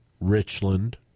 Richland